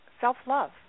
self-love